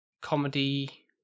Comedy